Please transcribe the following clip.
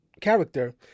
character